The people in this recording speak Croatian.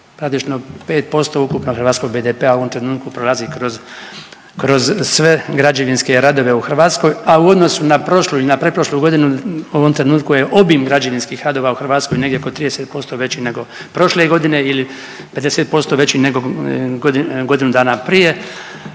praktično 5% ukupnog hrvatskog BDP-a u ovom trenutku prolazi kroz, kroz sve građevinske radove u Hrvatskoj, a u odnosu na prošlu ili na pretprošlu godinu u ovom trenutku je obim građevinskih radova u Hrvatskoj negdje oko 30% veći nego prošle godine ili 50% veći nego godinu dana prije,